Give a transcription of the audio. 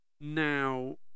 now